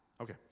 okay